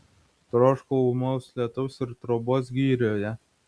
troškau ūmaus lietaus ir trobos girioje